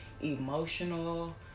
emotional